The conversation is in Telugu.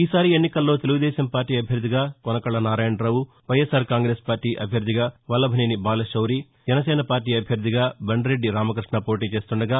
ఈసారి ఎన్నికలో తెలుగుదేశం పార్టీ అభ్యర్థిగా కొనకళ్ళ నారాయణరావు వైఎస్సార్ కాంగ్రెస్ పార్టీ అభ్యర్థిగా వల్లభేనేని బాలశౌరి జనసేన పార్టీ అభ్యర్థిగా బండెద్ది రామకృష్ణ పోటీ చేస్తుండగా